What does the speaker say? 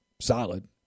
solid